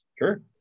Sure